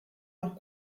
leur